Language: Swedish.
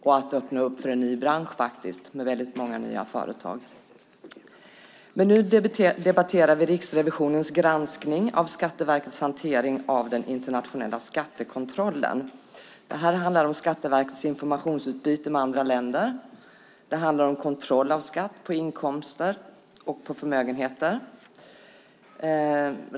Det har också öppnat upp för en ny bransch med väldigt många nya företag. Nu debatterar vi Riksrevisionens granskning av Skatteverkets hantering av den internationella skattekontrollen. Det här handlar om Skatteverkets informationsutbyte med andra länder. Det handlar om kontroll av skatt på inkomster och på förmögenheter.